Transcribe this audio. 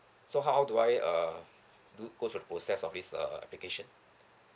so how do I uh do goes the process of this uh application